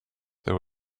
there